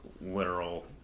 literal